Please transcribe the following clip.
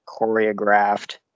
choreographed